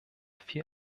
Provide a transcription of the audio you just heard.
viel